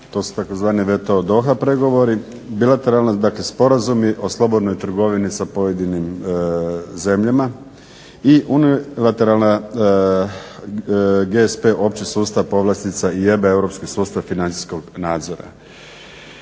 to su tzv. WTO Doha pregovori, bilateralni dakle sporazumi o slobodnoj trgovini sa pojedinim zemljama i Unilateralna GSP opći sustav povlastica i EBA Europski sustav financijskog nadzora.